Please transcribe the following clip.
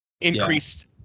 increased